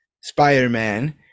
spider-man